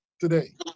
today